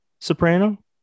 Soprano